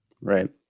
Right